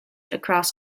across